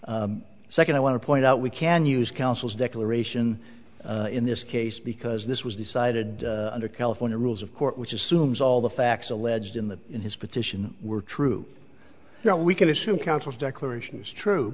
up second i want to point out we can use council's declaration in this case because this was decided under california rules of court which assumes all the facts alleged in the in his petition were true now we can assume counsel's declaration is true